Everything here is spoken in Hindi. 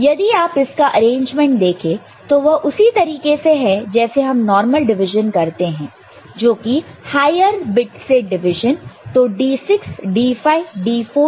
यदि आप इस का अरेंजमेंट देखे तो वह उसी तरीके से है जैसे हम नॉर्मल डिविजन करते हैं जो कि हायर बिट से डिवीजन